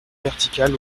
verticale